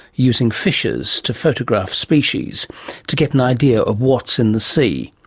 using fishers to photograph species to get an idea of what's in the sea.